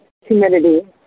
humidity